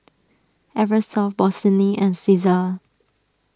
Eversoft Bossini and Cesar